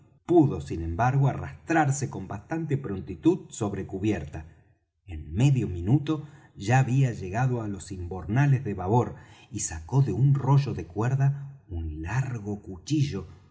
pudo sin embargo arrastrarse con bastante prontitud sobre cubierta en medio minuto ya había llegado á los imbornales de babor y sacó de un rollo de cuerda un largo cuchillo